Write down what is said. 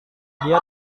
dia